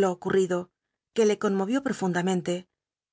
lo ocunido que le conmovió profundamente